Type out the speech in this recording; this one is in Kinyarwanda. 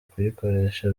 kuyikoresha